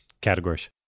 categories